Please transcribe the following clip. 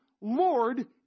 Lord